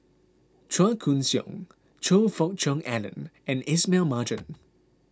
Chua Koon Siong Choe Fook Cheong Alan and Ismail Marjan